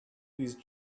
these